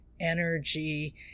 energy